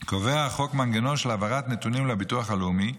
קובע החוק מנגנון של העברת נתונים לביטוח הלאומי,